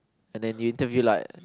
and then you interview like